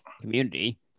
Community